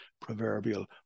proverbial